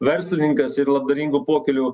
verslininkas ir labdaringų pokylių